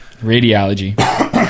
radiology